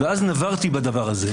נברתי בכך,